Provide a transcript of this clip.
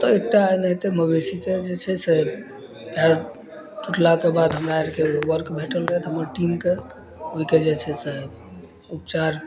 तऽ एकटा आइ नहि मवेशीके जे छै से पएर टुटलाके बाद हमरा आरके ओ वर्क भेटल रहै हमर टीमके ओहिके जे छै से उपचार